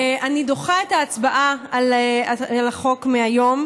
אני דוחה את ההצבעה על החוק מהיום,